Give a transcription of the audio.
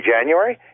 January